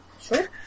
sure